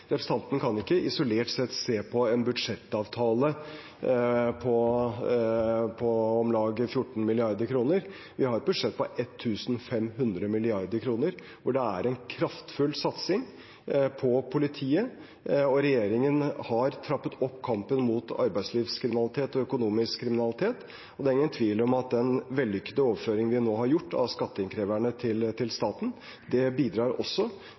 Representanten kan ikke isolert sett se på en budsjettavtale på om lag 14 mrd. kr. Vi har et budsjett på 1 500 mrd. kr, hvor det er en kraftfull satsing på politiet, og regjeringen har trappet opp kampen mot arbeidslivskriminalitet og økonomisk kriminalitet. Det er ingen tvil om at den vellykkede overføringen vi nå har gjort av skatteinnkreverne, til staten, bidrar til